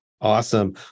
Awesome